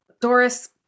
Doris